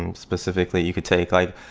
um specifically you could take like,